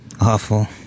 Awful